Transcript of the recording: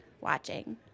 watching